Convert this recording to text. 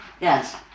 Yes